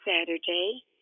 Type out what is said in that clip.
Saturday